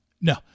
No